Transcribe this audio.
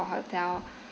hotel